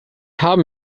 haben